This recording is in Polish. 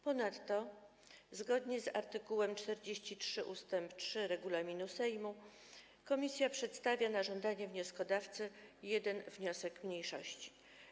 Ponadto zgodnie z art. 43 ust 3 regulaminu Sejmu komisja przedstawiła na żądanie wnioskodawcy jeden wniosek mniejszości.